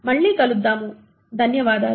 మళ్లీ కలుద్దాం ధన్యవాదాలు